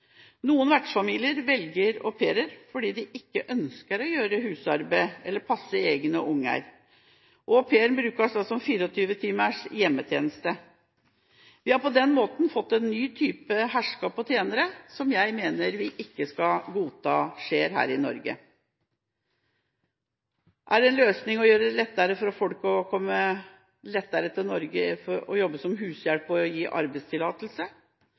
Noen vertsfamilier velger au pair fordi de ikke ønsker å gjøre husarbeid eller å passe egne unger. Au pairen brukes da som 24-timers hjemmetjeneste. Vi har på den måten fått en ny type «herskap og tjenere», som jeg mener vi ikke skal godta skjer her i Norge. Er det en løsning å gjøre det lettere for folk å komme til Norge, jobbe som hushjelp og få arbeidstillatelse?